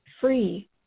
free